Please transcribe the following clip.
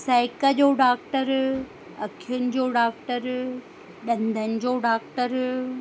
साइक जो डॉक्टर अखियुनि जो डॉक्टर ॾंदनि जो डॉक्टर